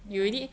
ya